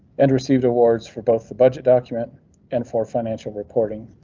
and received awards for both the budget document and for financial reporting.